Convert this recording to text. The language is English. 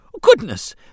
Goodness